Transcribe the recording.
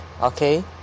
Okay